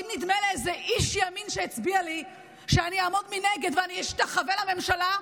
אם נדמה לאיזה איש ימין שהצביע לי שאני אעמוד מנגד ואני אשתחווה לממשלה,